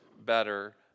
better